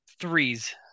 threes